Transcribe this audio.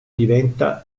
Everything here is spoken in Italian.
diventa